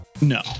No